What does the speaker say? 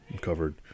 covered